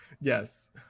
Yes